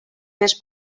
més